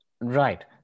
Right